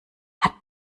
hat